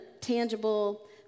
tangible